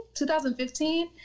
2015